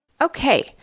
Okay